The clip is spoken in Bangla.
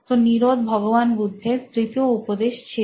তো নিরোধ ভগবান বুদ্ধের তৃতীয় উপদেশ ছিল